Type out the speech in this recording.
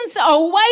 away